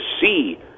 see